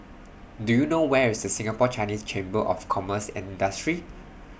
Do YOU know Where IS Singapore Chinese Chamber of Commerce and Industry